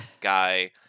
guy